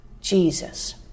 Jesus